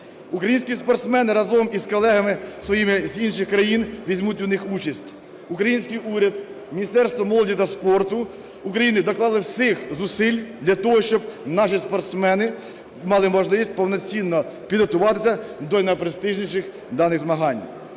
Українські спортсмени разом із колегами своїми з інших країн візьмуть у них участь. Український уряд, Міністерство молоді та спорту України доклали всіх зусиль для того, щоб наші спортсмени мали можливість повноцінно підготуватися до найпрестижніших даних змагань.